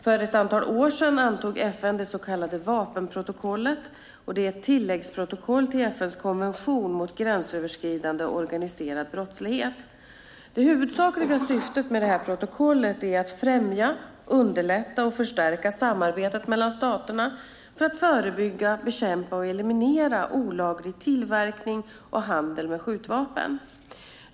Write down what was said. För ett antal år sedan antog FN det så kallade vapenprotokollet. Vapenprotokollet är ett tilläggsprotokoll till FN:s konvention mot gränsöverskridande organiserad brottslighet. Det huvudsakliga syftet med protokollet är att främja, underlätta och förstärka samarbetet mellan staterna för att förebygga, bekämpa och eliminera olaglig tillverkning och handel med skjutvapen.